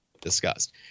discussed